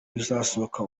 izasohoka